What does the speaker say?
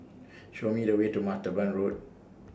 Show Me The Way to Martaban Road